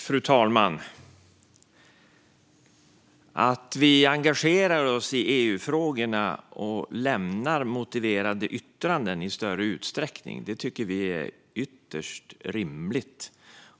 Fru talman! Att vi engagerar oss i EU-frågorna och i större utsträckning lämnar motiverade yttranden tycker vi är ytterst rimligt.